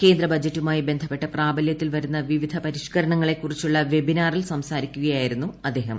കേന്ദ്ര ബജറ്റുമായി ബന്ധപ്പെട്ട് പ്രാബലൃത്തിൽ വരുന്ന വിവിധ പരിഷ്ക്കരണങ്ങളെ കുറിച്ചുള്ള വെബിനാറിൽ സംസാരിക്കുകയായിരുന്നു അദ്ദേഹം